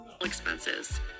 Expenses